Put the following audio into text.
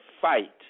fight